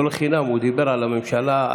לא לחינם הוא דיבר על הכנסת,